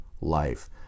life